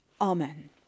Amen